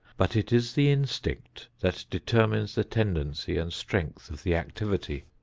but it is the instinct that determines the tendency and strength of the activity.